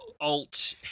alt